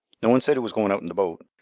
no one said who was goin' out in th' boat.